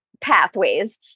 pathways